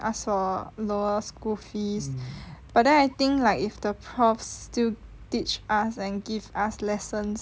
then ask for lower school fees but then I think like if the prof still teach us and give us lessons